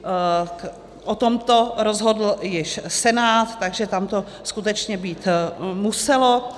O tomto rozhodl již Senát, takže tam to skutečně být muselo.